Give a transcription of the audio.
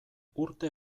urte